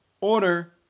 order